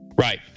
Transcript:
right